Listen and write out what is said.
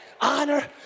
Honor